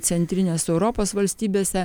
centrinės europos valstybėse